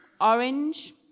orange